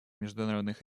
международных